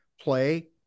play